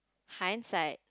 hindsight